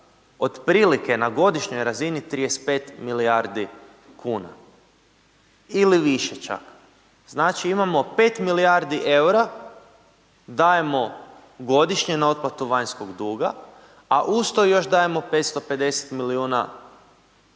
otprilike na godišnjoj razini 35 milijardi kuna ili više čak. Znači imamo 5 milijardi EUR-a dajemo godišnje na otplatu vanjskog duga, a usto još dajemo 550 milijuna EUR-a